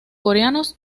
coreanos